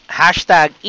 hashtag